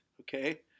Okay